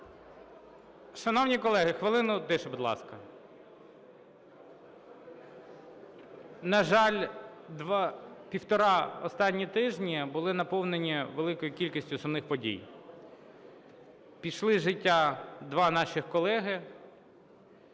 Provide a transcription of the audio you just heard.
Шановні колеги, хвилину тиші, будь ласка. На жаль, півтора останні тижні були наповнені великою кількістю сумних подій. Пішли з життя два наших колеги: